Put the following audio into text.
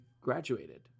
graduated